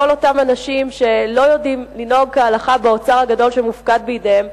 כל אותם אנשים שלא יודעים לנהוג כהלכה באוצר הגדול שמופקד בידיהם,